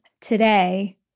Today